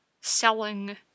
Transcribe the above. selling